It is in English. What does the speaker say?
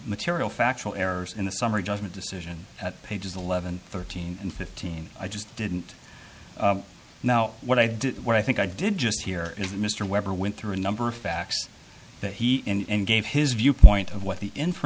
material factual errors in the summary judgment decision at pages eleven thirteen and fifteen i just didn't now what i did what i think i did just here is that mr weber went through a number of facts that he and gave his viewpoint of what the